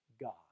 God